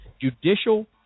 judicial